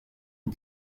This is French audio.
aux